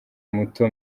muto